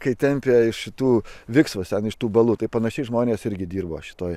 kai tempė iš šitų viksvas ten iš tų balų tai panašiai žmonės irgi dirbo šitoje